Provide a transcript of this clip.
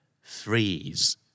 Freeze